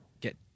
get